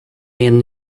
aon